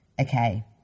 Okay